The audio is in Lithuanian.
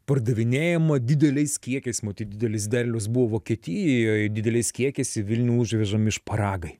pardavinėjama dideliais kiekiais matyt didelis derlius buvo vokietijoj dideliais kiekiais į vilnių užvežami šparagai